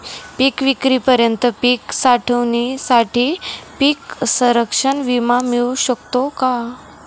पिकविक्रीपर्यंत पीक साठवणीसाठी पीक संरक्षण विमा मिळू शकतो का?